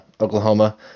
Oklahoma